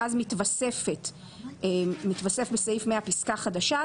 ואז מתווסף בסעיף 100 פסקה חדשה,